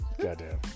Goddamn